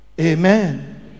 amen